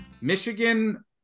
Michigan